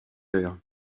aires